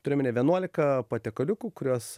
turim omeny vienuolika patiekaliukų kuriuos